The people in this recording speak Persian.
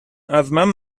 ازمن